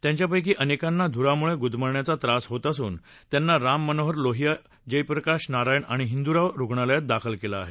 त्यांच्यापैकी अनेकांना धुरामुळे गुदमरण्याचा त्रास होत असून त्यांना राममनोहर लोहिया जयप्रकाश नारायण आणि हिंदूराव रुग्णालयात दाखल केलं आहे